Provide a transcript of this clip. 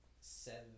Seven